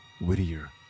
Whittier